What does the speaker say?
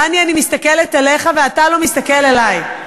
דני, אני מסתכלת עליך ואתה לא מסתכל אלי.